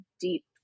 deep